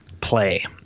play